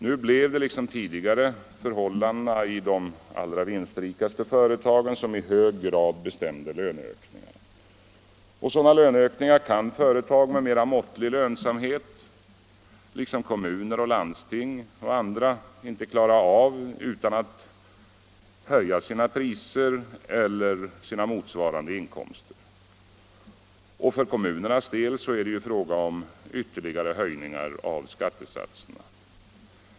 Nu blev det, liksom tidigare, förhållandena i de allra vinstrikaste företagen som i hög grad bestämde löneökningarna. Och sådana löneökningar kan företag med en mera måttlig lönsamhet, liksom kommuner, landsting och andra, inte klara av utan att höja sina priser eller sina motsvarande inkomster. För kommunernas del är det ju fråga om ytterligare höjningar av skattesatserna.